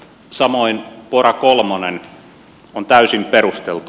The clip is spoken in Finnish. samoin pora kolmonen on täysin perusteltu